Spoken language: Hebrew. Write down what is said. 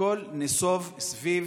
הכול נסוב סביב